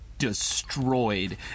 destroyed